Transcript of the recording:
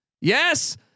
Yes